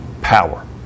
power